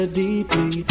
deeply